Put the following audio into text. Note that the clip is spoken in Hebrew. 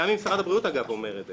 גם משרד הבריאות אומר את זה,